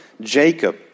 Jacob